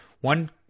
One